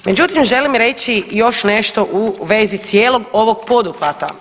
Međutim želim reći još nešto u vezi cijelog ovog poduhvata.